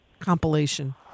compilation